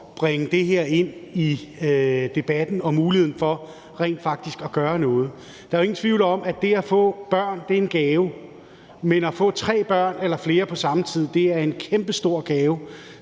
bringe det her ind i debatten og sikre muligheden for rent faktisk at gøre noget. Der er jo ingen tvivl om, at det at få børn er en gave, men at få tre børn eller flere på samme tid er en kæmpestor gave,